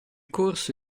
corso